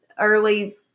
early